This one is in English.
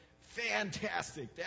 Fantastic